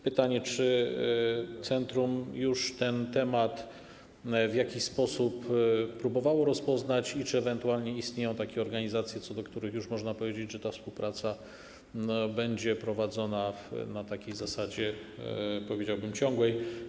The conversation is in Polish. Pytanie: Czy centrum już ten temat w jakiś sposób próbowało rozpoznać i czy ewentualnie istnieją takie organizacje, o których już można powiedzieć, że współpraca będzie prowadzona na zasadzie, powiedziałbym, ciągłej?